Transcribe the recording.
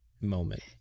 moment